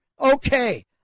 okay